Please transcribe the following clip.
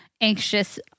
anxious